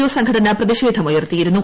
O സംഘടന പ്രതിഷേധമുയർത്തിയിരുന്നു